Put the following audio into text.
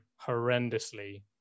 horrendously